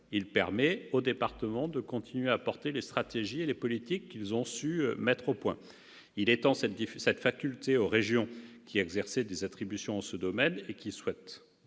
Il permet aux départements de continuer à défendre les stratégies et les politiques qu'ils ont su mettre au point ; il étend cette faculté aux régions, qui exercent des attributions en ce domaine et qui souhaitent